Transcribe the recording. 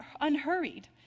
unhurried